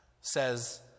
says